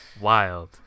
wild